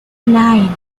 nine